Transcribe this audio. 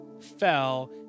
fell